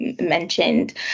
mentioned